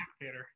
theater